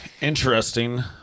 interesting